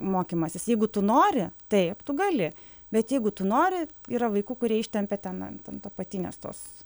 mokymasis jeigu tu nori taip tu gali bet jeigu tu nori yra vaikų kurie ištempia ten ant ant apatinės tos